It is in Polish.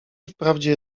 wprawdzie